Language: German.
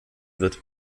wird